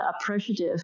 appreciative